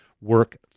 work